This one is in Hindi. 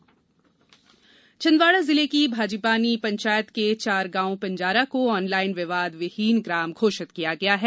ग्राम विवादविहीन छिंदवाड़ा जिले की भाजीपानी पंचायत के चारगांव पिंजारा को ऑनलाईन विवादविहीन ग्राम घोषित किया गया है